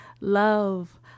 love